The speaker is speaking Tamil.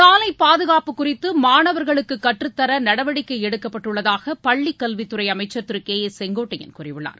சாலைப்பாதுகாப்பு குறித்து மாணவர்களுக்கு கற்றுத்தர நடவடிக்கை எடுக்கப்பட்டுள்ளதாக பள்ளிக் கல்வித்துறை அமைச்சர் திரு கே ஏ செங்கோட்டையன் கூறியுள்ளார்